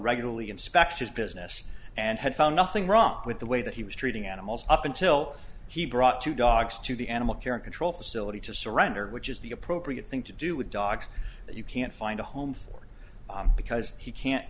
regularly inspected his business and had found nothing wrong with the way that he was treating animals up until he brought two dogs to the animal care and control facility to surrender which is the appropriate thing to do with dogs that you can't find a home for because he can't